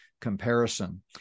comparison